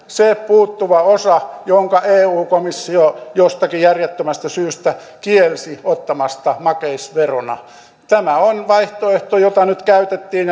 se puuttuva osa jonka eu komissio jostakin järjettömästä syystä kielsi ottamasta makeisverona tämä on vaihtoehto jota nyt käytettiin